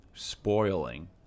Spoiling